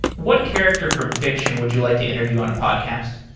what character from fiction would you like to interview on a podcast?